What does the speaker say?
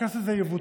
הקנס הזה יבוטל